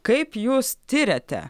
kaip jūs tiriate